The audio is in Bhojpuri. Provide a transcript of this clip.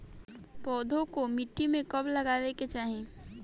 पौधे को मिट्टी में कब लगावे के चाही?